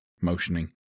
motioning